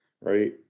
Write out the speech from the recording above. right